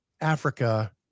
Africa